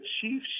chief